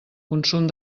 consum